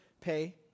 pay